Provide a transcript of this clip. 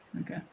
okay